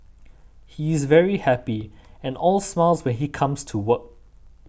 he's very happy and all smiles when he comes to work